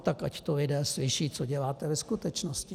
Tak ať to lidé slyší, co děláte ve skutečnosti.